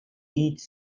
each